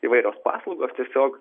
įvairios paslaugos tiesiog